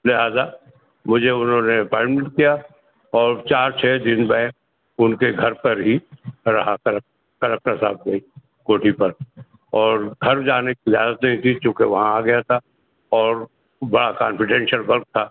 لہٰذا مجھے انہوں نے اپوائنٹمنٹ کیا اور چار چھ دن میں ان کے گھر پر ہی رہا کلکٹر صاحب کی کوٹھی پر اور گھر جانے کی اجازت نہیں تھی چونکہ وہاں آ گیا تھا اور بڑا کانفیڈینشیل ورک تھا